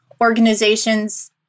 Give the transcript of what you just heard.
organizations